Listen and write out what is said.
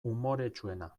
umoretsuena